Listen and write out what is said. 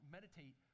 meditate